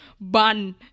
ban